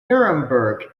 nuremberg